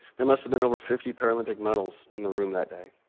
there must have been over fifty paralympic medals in the room that day.